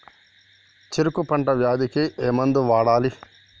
చెరుకు పంట వ్యాధి కి ఏ మందు వాడాలి?